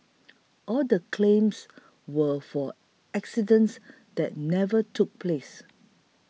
all the claims were for accidents that never took place